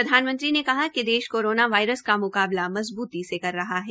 प्रधानमंत्री ने कहा कि देश कोरोना वायरस का मुकाबला मज़बूती से कर रहा है